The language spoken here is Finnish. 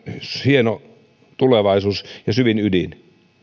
hieno tulevaisuus ja syvin ydin